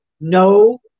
No